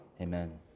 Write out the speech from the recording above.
amen